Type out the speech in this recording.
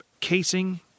casing